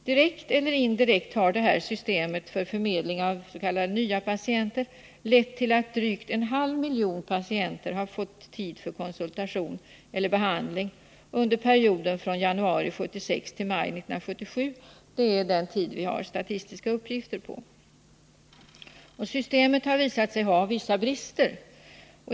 Direkt eller indirekt har det här systemet för förmedling av s.k. nya patienter lett till att drygt en halv miljon patienter fått tid för konsultation eller behandling under perioden januari 1976-maj 1977. Det är den tid från vilken vi har statistiska uppgifter. Systemet har visat sig ha vissa brister.